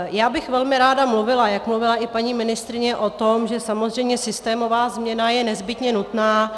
Já bych velmi ráda mluvila, jak mluvila i paní ministryně, o tom, že samozřejmě systémová změna je nezbytně nutná.